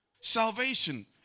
Salvation